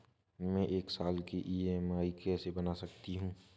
मैं एक साल की ई.एम.आई कैसे बना सकती हूँ?